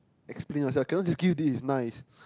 explain yourself I cannot just give you this nice